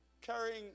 carrying